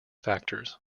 factors